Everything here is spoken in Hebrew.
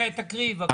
כן, תקריאי בבקשה.